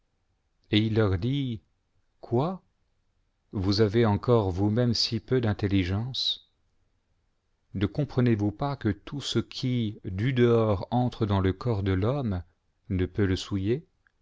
et il leur dit quoi vous avez encore vous-mêmes si peu d'intelligence ne comprenez-vous pas que tout ce qui du dehors entre dans le corps de l'homme ne peut le souiller